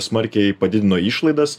smarkiai padidino išlaidas